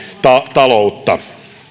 taloutta